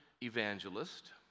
evangelist